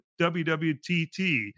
WWTT